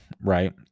right